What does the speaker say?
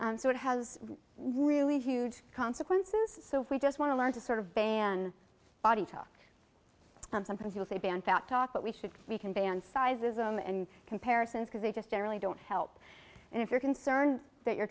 so it has really huge consequences so if we just want to learn to sort of ban body talk sometimes you'll say ban fat talk but we should we can ban sizes m and comparisons because they just generally don't help and if you're concerned that your